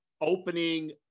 opening